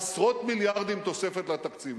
עשרות מיליארדים תוספת לתקציב.